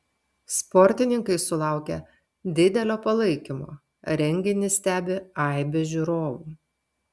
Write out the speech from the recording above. sportininkai sulaukia didelio palaikymo renginį stebi aibė žiūrovų